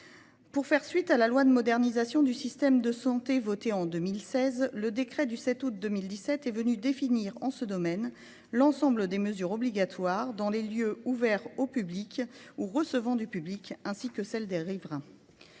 Pour faire suite à la loi de modernisation du système de santé voté en 2016, le décret du 7 août 2017 est venu définir en ce domaine l'ensemble des mesures obligatoires dans les lieux ouverts au public ou recevant du public ainsi que celles des riverains.